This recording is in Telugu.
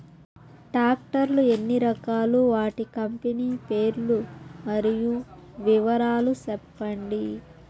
టాక్టర్ లు ఎన్ని రకాలు? వాటి కంపెని పేర్లు మరియు వివరాలు సెప్పండి?